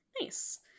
nice